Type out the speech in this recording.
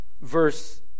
Verse